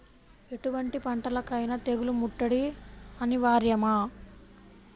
ఎటువంటి పంటలకైన తెగులు ముట్టడి అనివార్యమా?